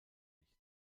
nicht